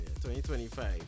2025